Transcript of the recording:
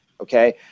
okay